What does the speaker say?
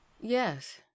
Yes